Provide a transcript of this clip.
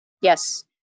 Yes